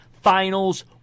finals